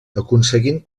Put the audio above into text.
aconseguint